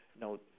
Now